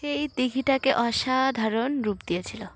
এই দিঘীটাকে অসাধারণ রূপ দিয়েছিল